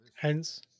Hence